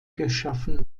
geschaffen